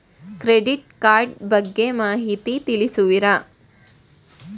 Credit card ಬಗ್ಗೆ ಮಾಹಿತಿ ತಿಳಿಸುವಿರಾ?